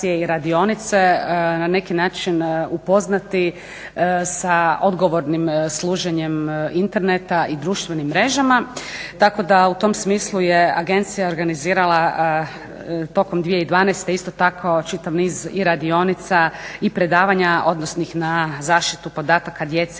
Agencija organizirala tokom 2012. isto tako čitav niz i radionica i predavanja odnosnih na zaštitu podataka djece